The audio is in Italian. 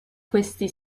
questi